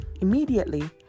immediately